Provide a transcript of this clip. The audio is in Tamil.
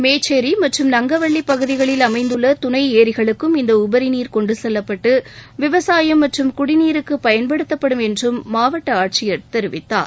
மேச்சேரி மற்றும் நங்கவள்ளி பகுதிகளில் அமைந்துள்ள துணை ஏரிகளுக்கும் இந்த உபரி நீர் கொண்டு செல்லப்பட்டு விவசாயம் மற்றும் குடிநீருக்கு பயன்படுத்தப்படும் என்றும் மாவட்ட ஆட்சியர் தெரிவித்தார்